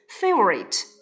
Favorite